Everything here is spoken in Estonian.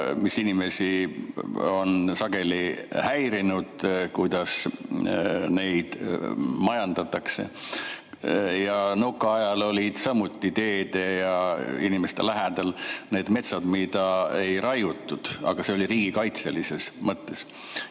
kus inimesi on sageli häirinud, kuidas neid majandatakse. Nõukaajal olid samuti teede ja inimeste lähedal need metsad, mida ei raiutud, aga see oli riigikaitselises mõttes.